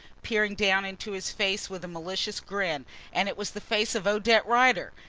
peering down into his face with a malicious grin and it was the face of odette rider!